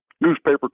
newspaper